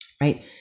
Right